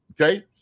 okay